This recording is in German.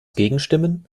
gegenstimmen